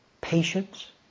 patience